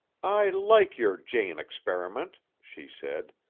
i like your jane experiment, she said.